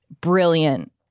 brilliant